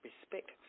respect